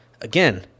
again